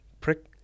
prick